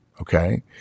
Okay